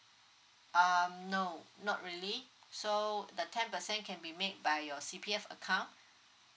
um no not really so the ten percent can be made by your C_P_F account